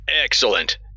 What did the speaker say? Excellent